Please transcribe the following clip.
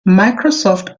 microsoft